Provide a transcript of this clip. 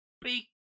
big